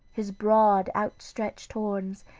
his broad outstretched horns,